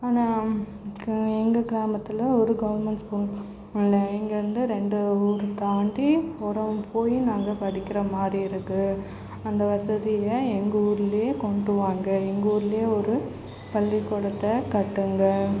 ஆனால் எங்கள் கிராமத்தில் ஒரு கவுர்மெண்ட் ஸ்கூல் கூட இல்லை இங்கேருந்து ரெண்டு ஊர் தாண்டி துாரம் போய் படிக்கிற மாதிரி இருக்குது அந்த வசதியை எங்கள் ஊருலேயே கொண்டு வாங்க எங்கள் ஊருலேயே ஒரு பள்ளிக்கூடத்தை கட்டுங்க